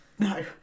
No